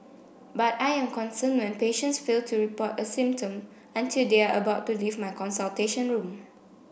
but I am concerned when patients fail to report a symptom until they are about to leave my consultation room